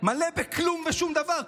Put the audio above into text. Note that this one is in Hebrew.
מלא בכלום ושום דבר.